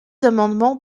amendements